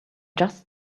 just